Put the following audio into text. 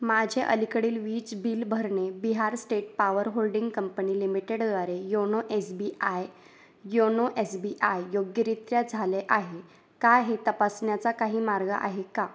माझे अलीकडील वीज बील भरणे Bihar state power holding company लिमिटेडद्वारे YONO S B I YONO S B I योग्यरीत्या झाले आहे का हे तपासण्याचा काही मार्ग आहे का